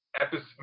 episode